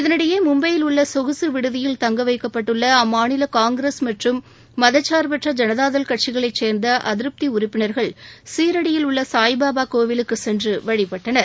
இதனிடையே மும்பையில் உள்ள சொகுசு விடுதியில் தங்கவைக்கப்பட்டுள்ள அம்மாநில காங்கிரஸ் மற்றும் மதச்சார்பற்ற ஜனதாதள் கட்சிகளைச்சேர்ந்த அதிருப்தி உறுப்பினர்கள் சிரிடியில் உள்ள சாய் பாபா கோவிலுக்கு சென்று வழிபட்டனர்